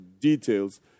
details